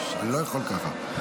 אני לא יכול ככה.